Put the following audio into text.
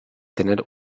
tener